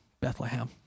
Bethlehem